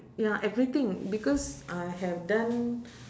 ya everything because I have done